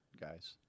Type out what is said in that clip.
guys